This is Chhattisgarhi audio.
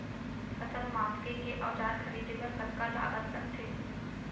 फसल मापके के औज़ार खरीदे बर कतका लागत लगथे?